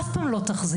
אף פעם לא תחזיר.